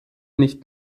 nicht